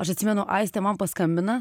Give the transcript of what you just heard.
aš atsimenu aistė man paskambina